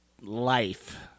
life